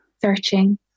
searching